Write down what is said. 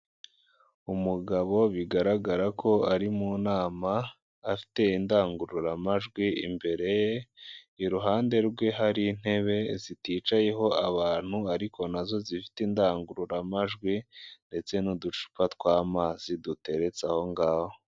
Umugabo bigaragara ko ari mu nama afite indangururamajwi imbere, iruhande rwe hari intebe ziticayeho abantu ariko nazo zifite indangururamajwi ndetse n'udupa twa'amazi duteretse aho ngaho.